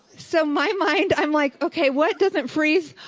so my mind, i'm like okay, what doesn't freeze?